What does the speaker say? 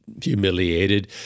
humiliated